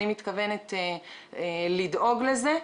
אני מתכוונת לדאוג לזה,